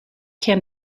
can